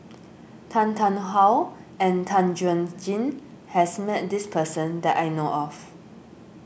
Tan Tarn How and Tan Chuan Jin has met this person that I know of